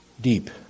deep